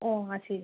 ഓ ആ ശരി ശരി